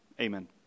amen